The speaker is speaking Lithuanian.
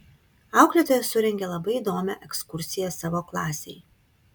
auklėtoja surengė labai įdomią ekskursiją savo klasei